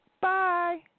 Bye